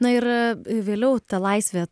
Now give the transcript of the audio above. na ir vėliau ta laisvė